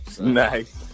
Nice